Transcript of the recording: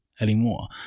anymore